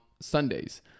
sundays